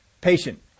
patient